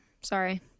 Sorry